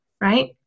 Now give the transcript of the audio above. right